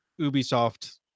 Ubisoft